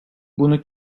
bunu